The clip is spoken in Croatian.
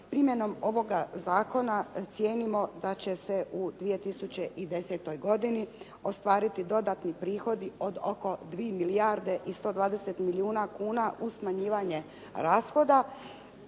Primjenom ovoga zakona cijenimo da će se u 2010. godini ostvariti dodatni prihodi od oko 3 milijarde i 120 milijuna kuna uz smanjivanje rashoda